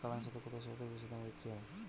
কাড়াং ছাতু কোথায় সবথেকে বেশি দামে বিক্রি হয়?